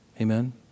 Amen